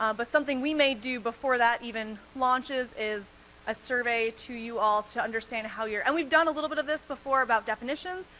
um but something we may do before that even launches is a survey to you all to understand how you're, and we've done a little bit of this before about definitions,